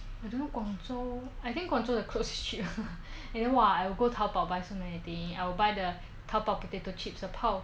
I don't know 广州 I think 广州 the clothes is cheap and then !wah! I will go 淘宝 to buy so many things I will buy the potato chips the 泡